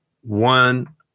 one